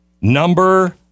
number